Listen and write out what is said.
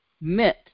meant